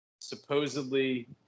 supposedly